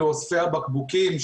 החוק שלי כבר מוכן, אם אתם רוצים.